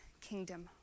kingdom